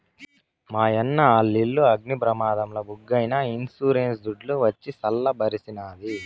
మాయన్న ఆలిల్లు అగ్ని ప్రమాదంల బుగ్గైనా ఇన్సూరెన్స్ దుడ్డు వచ్చి సల్ల బరిసినాది